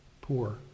poor